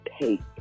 take